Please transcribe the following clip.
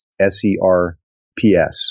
S-E-R-P-S